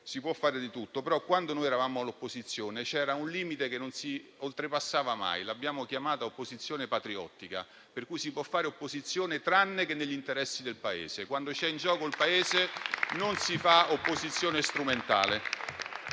Si può fare di tutto, però, quando eravamo all'opposizione, c'era un limite che non si oltrepassava mai: l'abbiamo chiamata opposizione patriottica, per cui si può fare opposizione tranne che negli interessi del Paese; quando c'è in gioco il Paese, non si fa opposizione strumentale.